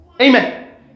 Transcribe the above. Amen